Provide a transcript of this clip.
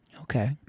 okay